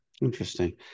interesting